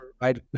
right